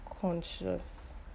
conscious